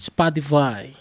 Spotify